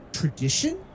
tradition